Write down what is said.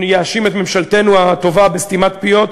את ממשלתנו הטובה בסתימת פיות,